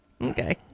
Okay